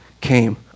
came